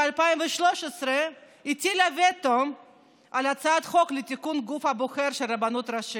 ב-2013 הטילה וטו על הצעת חוק לתיקון הגוף הבוחר של הרבנות הראשית,